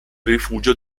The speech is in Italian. rifugio